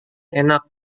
enak